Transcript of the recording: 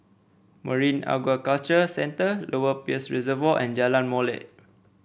Marine Aquaculture Centre Lower Peirce Reservoir and Jalan Molek